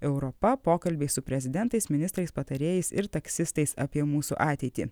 europa pokalbiai su prezidentais ministrais patarėjais ir taksistais apie mūsų ateitį